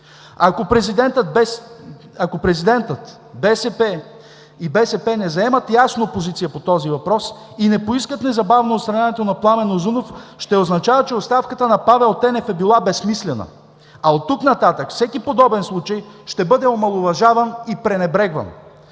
Ако президентът и БСП не заемат ясно позиция по този въпрос, и не поискат незабавно отстраняването на Пламен Узунов, ще означава, че оставката на Павел Тенев е била безсмислена. Оттук нататък всеки подобен случай ще бъде омаловажаван и пренебрегван.